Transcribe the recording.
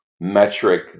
metric